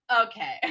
okay